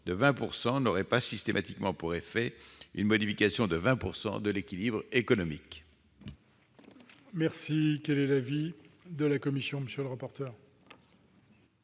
de 20 % n'aurait pas systématiquement pour effet une modification de 20 % de l'équilibre économique.